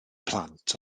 plant